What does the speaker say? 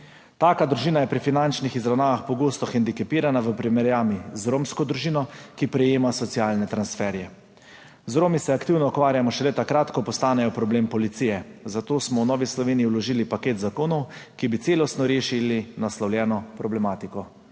Taka družina je pri finančnih izravnavah pogosto hendikepirana v primerjavi z romsko družino, ki prejema socialne transferje. Z Romi se aktivno ukvarjamo šele takrat, ko postanejo problem policije, zato smo v Novi Sloveniji vložili paket zakonov, ki bi celostno rešili naslovljeno problematiko.